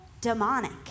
demonic